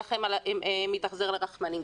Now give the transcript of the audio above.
מתאכזר לרחמנים,